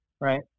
Right